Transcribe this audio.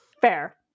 Fair